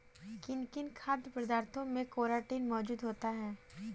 किन किन खाद्य पदार्थों में केराटिन मोजूद होता है?